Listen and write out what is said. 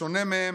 בשונה מהם,